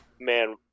man –